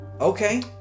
Okay